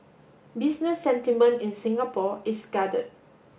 business sentiment in Singapore is guarded